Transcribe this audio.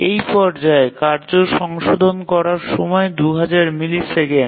এই পর্যায়ে কার্য সংশোধন করার সময় ২০০০ মিলিসেকেন্ড